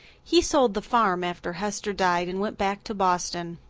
he sold the farm after hester died and went back to boston.